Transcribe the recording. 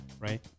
Right